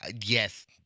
Yes